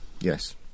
Yes